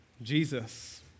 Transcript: Jesus